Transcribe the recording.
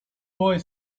boy